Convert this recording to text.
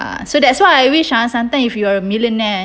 ah so that's why I wish ah sometimes if you are a millionaire